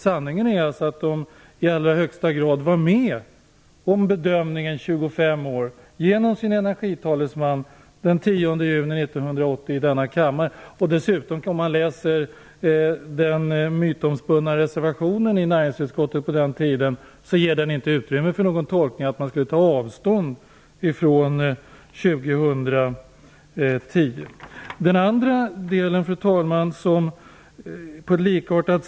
Sanningen är att Moderaterna i allra högsta grad var med om bedömningen att reaktorerna skulle användas i 25 år genom sin energitalesman den 10 juni Om man läser den mytomspunna reservationen i näringsutskottets betänkande från den tiden ser man att den inte ger utrymme för tolkningen att Moderaterna skulle ta avstånd från uttalandet om 2010 som slutpunkt.